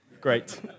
Great